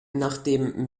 nachdem